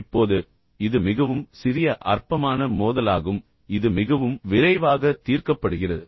இப்போது இது மிகவும் சிறிய அற்பமான மோதலாகும் இது மிகவும் விரைவாக தீர்க்கப்படுகிறது